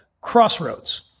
Crossroads